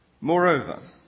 Moreover